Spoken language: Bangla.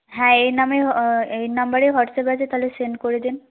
হ্যাঁ এই নামেই এই নাম্বারেই হোয়াটসঅ্যাপ আছে তাহলে সেন্ড করে দিন